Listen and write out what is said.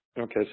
Okay